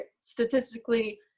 statistically